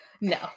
No